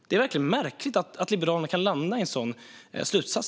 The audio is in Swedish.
Det är verkligen märkligt att Liberalerna kan landa i en sådan slutsats.